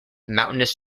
mountainous